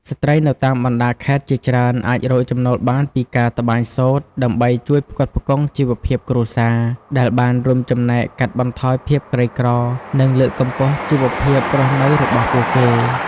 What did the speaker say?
ស្ត្រីនៅតាមបណ្តាខេត្តជាច្រើនអាចរកចំណូលបានពីការត្បាញសូត្រ ដើម្បីជួយផ្គត់ផ្គង់ជីវភាពគ្រួសារ ដែលបានរួមចំណែកកាត់បន្ថយភាពក្រីក្រ និងលើកកម្ពស់ជីវភាពរស់នៅរបស់ពួកគេ។